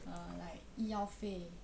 uh like 医药费